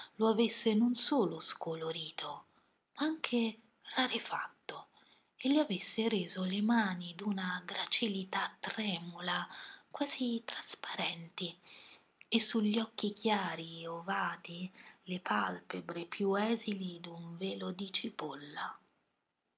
lo avesse non solo scolorito ma anche rarefatto e gli avesse reso le mani d'una gracilità tremula quasi trasparenti e su gli occhi chiari ovati le palpebre più esili d'un velo di cipolla